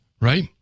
right